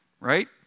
right